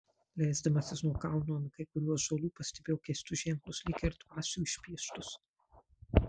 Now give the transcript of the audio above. leisdamasis nuo kalno ant kai kurių ąžuolų pastebėjau keistus ženklus lyg ir dvasių išpieštus